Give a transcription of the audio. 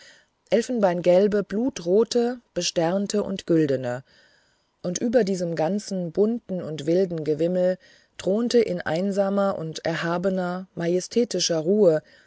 elfenbeingelbe blutrote besternte und güldene und über diesem ganzen bunten und wilden gewimmel thronte in einsamer und erhabener majestätischer ruhe